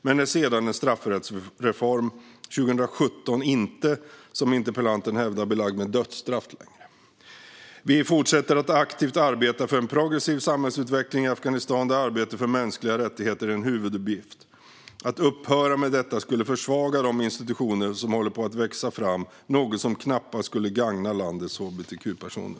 Men sedan införandet av en straffrättsreform 2017 är de inte längre, som interpellanten hävdar, belagda med dödsstraff. Vi fortsätter att aktivt arbeta för en progressiv samhällsutveckling i Afghanistan där arbetet för mänskliga rättigheter är en huvuduppgift. Att upphöra med detta skulle försvaga de institutioner som håller på att växa fram, något som knappast skulle gagna landets hbtq-personer.